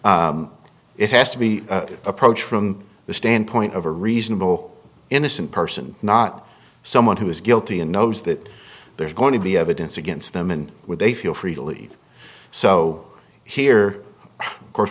e it has to be approached from the standpoint of a reasonable innocent person not someone who is guilty and knows that there's going to be evidence against them and would they feel free to leave so here of course